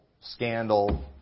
scandal